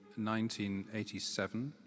1987